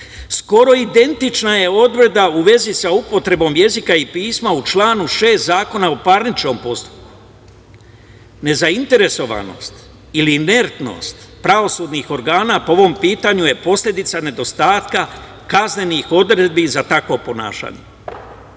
identična je odredba u vezi sa upotrebom jezika i pisma u članu 6. Zakona o parničnom postupku. Nezainteresovanost ili inertnost pravosudnih organa po ovom pitanju je posledica nedostatka kaznenih odredbi za takvo ponašanje. Tačno